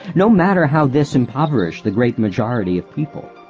no matter how this impoverished the great majority of people.